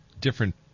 different